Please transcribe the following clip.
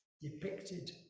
depicted